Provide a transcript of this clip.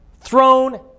throne